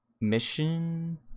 mission